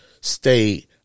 stay